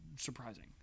surprising